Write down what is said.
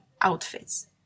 outfits